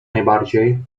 najbardziej